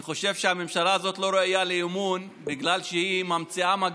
אני חושב שהממשלה הזאת לא ראויה לאמון בגלל שהיא ממציאה מגפות,